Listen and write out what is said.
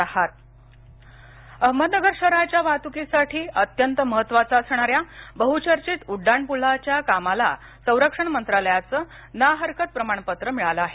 अहमदनगर अहमदनगर शहराच्या वाहतूकीसाठी अत्यंत महत्त्वाचा असणा या बहुचर्चित उड्डाणपूलाच्या कामाला संरक्षण मंत्रालयाचं ना हरकत प्रमाण पत्र मिळाल आहे